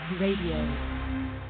Radio